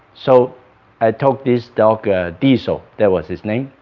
so i took this dog diesel that was his name,